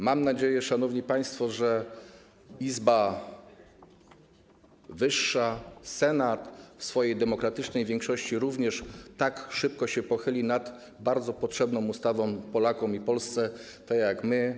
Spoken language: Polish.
Mam nadzieję, szanowni państwo, że Izba Wyższa, Senat, w swojej demokratycznej większości również tak szybko się pochyli nad bardzo potrzebną ustawą Polakom i Polsce tak jak my.